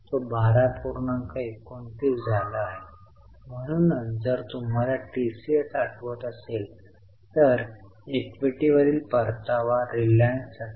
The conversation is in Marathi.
तर कोणतीही समस्या नाही हे 9000 एकतर सकारात्मक किंवा नकारात्मक असू शकते हे एक निरोगी चिन्ह आहे एकूणच पहात आहे आणि सुरुवातीस रोख आणि रोख समकक्षतेकडे पहातो आणि शेवटी ते देखील एक चांगले चिन्ह दर्शवते